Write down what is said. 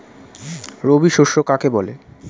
রবি শস্য কাকে বলে?